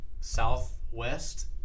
Southwest